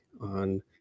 on